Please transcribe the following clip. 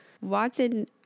Watson